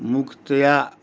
मुखतया